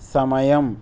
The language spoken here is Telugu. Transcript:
సమయం